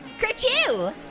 kerchoo,